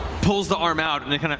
pulls the arm out and kind of